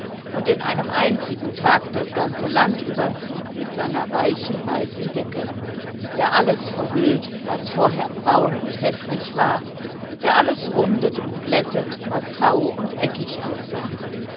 und in einem einzigen tag das ganze land überzieht mit seiner weichen weißen decke der alles verhüllt was vorher braun und häßlich war der alles rundet und glättet was rauh und eckig aussah